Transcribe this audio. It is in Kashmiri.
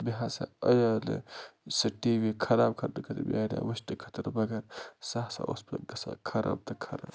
مےٚ ہسا اَنیو نہٕ سُہ ٹی وی خراب کَرنہٕ خٲطرٕ مےٚ اَنیو وٕچھنہٕ خٲطرٕ مگر سُہ ہسا اوس مےٚ گژھان خراب تہٕ خراب